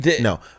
No